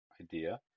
idea